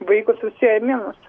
vaikus užsiėmimus